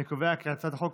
אני קובע כי הצעת החוק